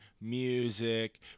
music